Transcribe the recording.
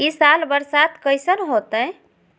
ई साल बरसात कैसन होतय?